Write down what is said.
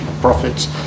profits